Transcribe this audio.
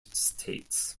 states